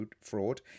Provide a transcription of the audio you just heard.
fraud